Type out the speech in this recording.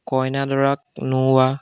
কইনা দৰাক নোওৱা